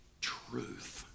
truth